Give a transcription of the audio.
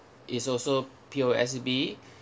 it's also P_O_S_B